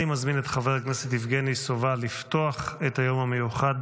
אני מזמין את חבר הכנסת יבגני סובה לפתוח את היום המיוחד.